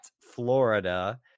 Florida